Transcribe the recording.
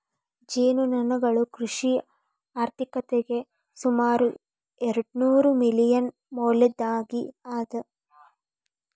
ಜೇನುನೊಣಗಳು ಕೃಷಿ ಆರ್ಥಿಕತೆಗೆ ಸುಮಾರು ಎರ್ಡುನೂರು ಮಿಲಿಯನ್ ಮೌಲ್ಯದ್ದಾಗಿ ಅದ